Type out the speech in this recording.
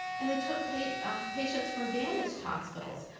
and they took patients patients from damaged hospitals.